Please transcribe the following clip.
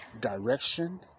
direction